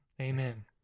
Amen